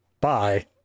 Bye